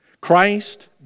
Christ